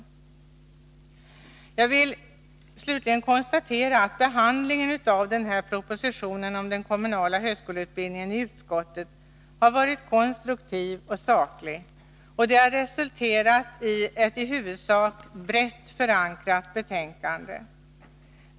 Slutligen vill jag konstatera att behandlingen av propositionen om den kommunala högskoleutbildningen i utskottet har varit konstruktiv och saklig och resulterat i ett i huvudsak brett förankrat betänkande.